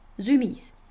Zoomies